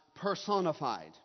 Personified